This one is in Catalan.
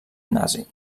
nazi